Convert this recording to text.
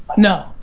no.